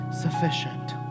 sufficient